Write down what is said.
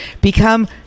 become